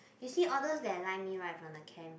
you see all those that Line me right from the camp